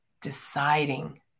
deciding